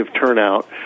turnout